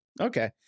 okay